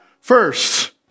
first